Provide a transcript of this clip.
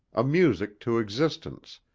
a music to existence,